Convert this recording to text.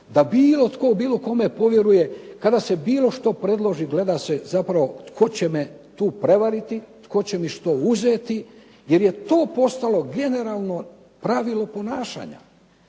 da bilo tko bilo kome povjeruje kada se bilo što predloži, gleda se zapravo tko će me tu prevariti, tko će mi što uzeti jer je to postalo generalno pravilo ponašanja